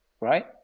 right